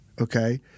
Okay